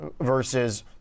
versus